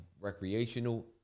recreational